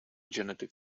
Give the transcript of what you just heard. genetic